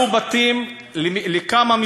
בביר-הדאג', לפני כחודש, הרסו בתים לכמה משפחות,